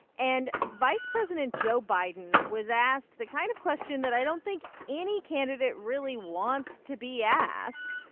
and vice president joe biden was asked the kind of question that i don't think any candidate really wants to be asked,